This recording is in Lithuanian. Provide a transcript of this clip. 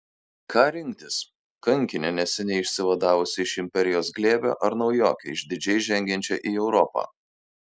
ką rinktis kankinę neseniai išsivadavusią iš imperijos glėbio ar naujokę išdidžiai žengiančią į europą